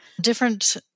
different